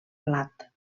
blat